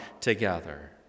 together